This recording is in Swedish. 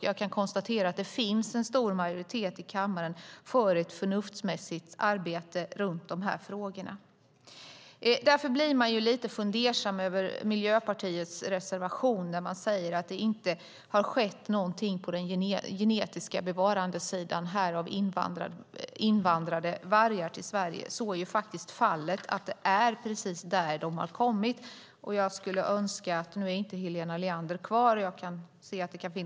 Jag kan konstatera att det finns en stor majoritet i kammaren för ett förnuftsmässigt arbete med de här frågorna. Därför blir man lite fundersam över Miljöpartiets reservation, där man säger att det inte har skett något för att bryta den genetiska isoleringen av den svenska vargstammen genom hantering av invandrade vargar. Så är faktiskt inte fallet. Jag skulle önska att man hade läst på lite mer hur det har sett ut historiskt.